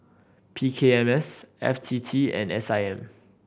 P K M S F T T and S I M